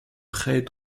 près